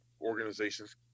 Organizations